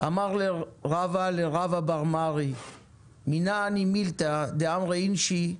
""אמר אביי, היינו דאמרי אינשי: